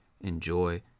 enjoy